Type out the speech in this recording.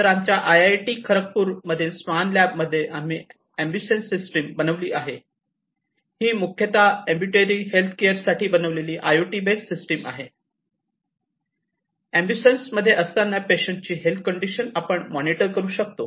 तर आमच्या I I T खडकपूरमधील IIT Kharagpur स्वान लॅब मध्ये आम्ही अँम्बुसेंन्स सिस्टीम बनविली आहे ही मुख्यतः एमब्युलेटरी हेल्थ केअर साठी बनविलेली I O T based system आहे तर ऍम्ब्युलन्समध्ये असताना पेशंटची हेल्थ कंडिशन आपण मॉनिटर करू शकतो